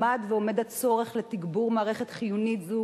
עמד ועומד הצורך לתגבר מערכת חיונית זו